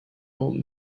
old